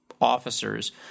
officers